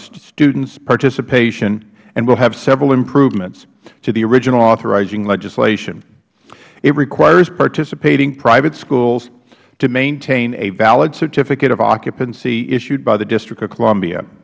students participation and will have several improvements to the original authorizing legislation it requires participating private schools to maintain a valid certificate of occupancy issued by the district of columbia